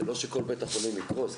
זה לא שכל בית החולים יקרוס.